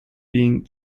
being